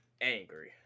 Angry